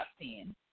scene